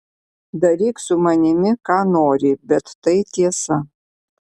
daryk su manimi ką nori bet tai tiesa